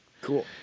Cool